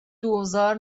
دوزار